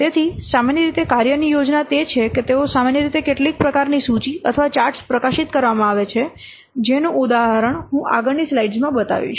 તેથી સામાન્ય રીતે કાર્યની યોજના તે છે કે તેઓ સામાન્ય રીતે કેટલીક પ્રકારની સૂચિ અથવા ચાર્ટ્સ પ્રકાશિત કરવામાં આવેછે જેનું ઉદાહરણ હું આગળની સ્લાઇડ્સમાં બતાવીશ